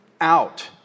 out